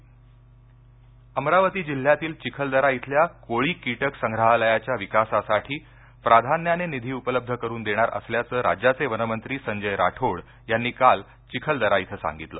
spider museum Amravati जिह्ल्यातील चिखलदरा इथल्या कोळी कीटक संग्रहालयाच्या विकासासाठी प्राधान्याने निधी उपलब्ध करून देणार असल्याचे राज्याचे वनमंत्री संजय राठोड यांनी काल चिखलदरा इथ सांगितलं